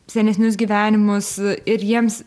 senesnius gyvenimus ir jiems